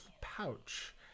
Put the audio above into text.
pouch